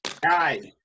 Guys